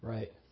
Right